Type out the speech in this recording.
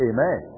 Amen